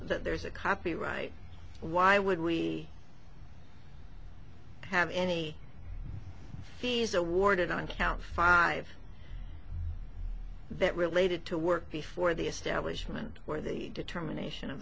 there's a copyright why would we have any fees awarded on count five that related to work before the establishment where the determination of